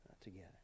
together